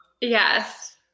yes